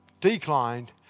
declined